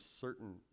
certain